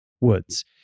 Woods